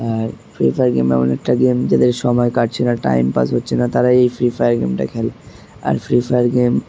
আর Free Fire game এমন একটা game যাদের সময় কাটছে না টাইম পাস হচ্ছে না তারাই এই ফ্রি ফায়ার গেমটা খেলে আর ফ্রি ফায়ার গেম